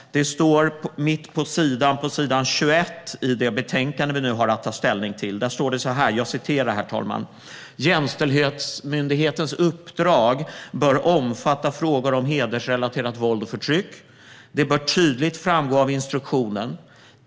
Mitt på s. 21 i det betänkande vi nu har att ta ställning till står det så här, herr talman: "Jämställdhetsmyndighetens uppdrag bör omfatta frågor om hedersrelaterat våld och förtryck. Detta bör tydligt framgå av instruktionen.